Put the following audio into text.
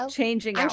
changing